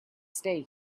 stay